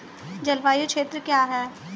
जलवायु क्षेत्र क्या है?